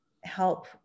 help